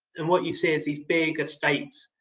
and what you see is these big estates.